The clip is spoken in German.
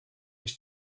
ich